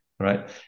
Right